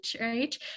right